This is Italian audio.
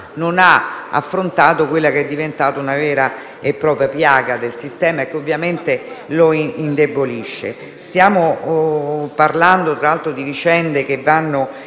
non ha affrontato quella che è diventata una vera e propria piaga del sistema e che, ovviamente, lo indebolisce. Stiamo parlando di vicende che vanno